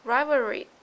Rivalry